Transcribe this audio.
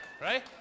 Right